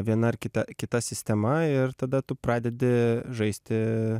viena ar kita kita sistema ir tada tu pradedi žaisti